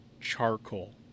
charcoal